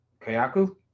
Kayaku